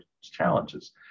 challenges